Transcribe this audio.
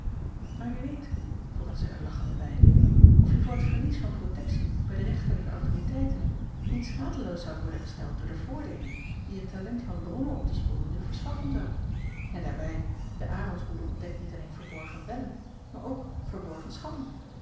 maar wie weet voegde zij er lachende bij of je voor het verlies van protectie bij de rechterlijke autoriteiten niet schadeloos zoudt worden gesteld door de voordeelen die het talent van bronnen op te sporen u verschaffen zou n daarbij de ronsroede ontdekt niet alleen verborgen wellen maar ook verborgen schatten